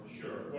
sure